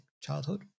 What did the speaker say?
childhood